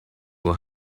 were